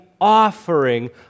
offering